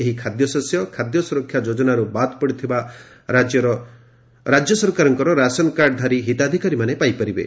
ଏହି ଖାଦ୍ୟଶସ୍ୟ ଖାଦ୍ୟ ସୁରକ୍ଷା ଯୋଜନାରୁ ବାଦ୍ ପଡିଥିବା ରାଜ୍ୟ ସରକାରଙ୍କର ରାସନକାର୍ଡଧାରୀ ହିତାଧ୍ବକାରୀମାନେ ପାଇପାରିବେ